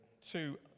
two